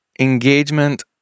engagement